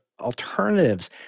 alternatives